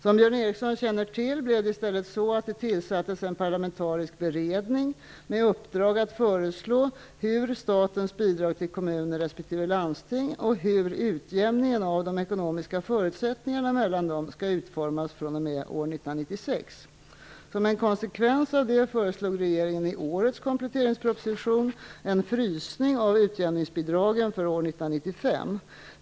Som Björn Ericson känner till blev det i stället så att det tillsattes en parlamentarisk beredning med uppdrag att föreslå hur statens bidrag till kommuner respektive landsting och hur utjämningen av de ekonomiska förutsättningarna mellan dem skall utformas fr.o.m. år 1996. Som en konsekvens av det föreslog regeringen i årets kompletteringsproposition en ''frysning'' av utjämningsbidragen för år 1995.